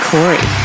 Corey